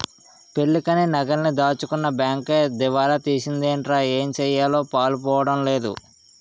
పెళ్ళికని నగలన్నీ దాచుకున్న బేంకు దివాలా తీసిందటరా ఏటిసెయ్యాలో పాలుపోడం లేదు